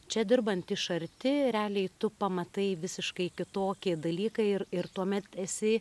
čia dirbant iš arti realiai tu pamatai visiškai kitokį dalyką ir ir tuomet esi